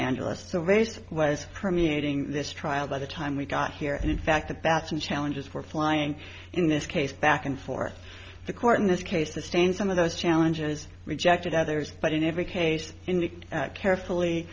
angeles the race was permeating this trial by the time we got here and in fact the baton challenges were flying in this case back and forth the court in this case the stain some of those challenges rejected others but in every case indicate carefully